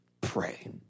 pray